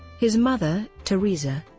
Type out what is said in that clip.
his mother, theresa,